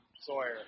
Sawyer